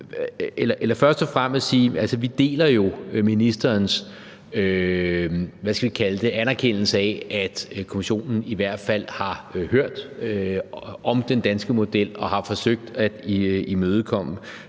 jo deler ministerens anerkendelse af, at Kommissionen i hvert fald har hørt om den danske model og har forsøgt at imødekomme